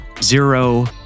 zero